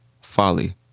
folly